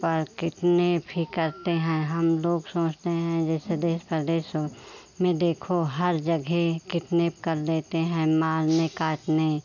पर किडनेप ही करते हैं हम लोग सोचते हैं जैसे देश प्रदेश हो में देखो हर जगह किडनेप कर लेते हैं मारने काटने